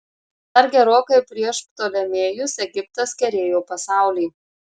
dar gerokai prieš ptolemėjus egiptas kerėjo pasaulį